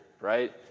right